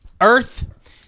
Earth